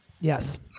Yes